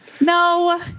No